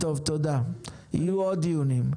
תודה, יהיו עוד דיונים.